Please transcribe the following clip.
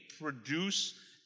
produce